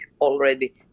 already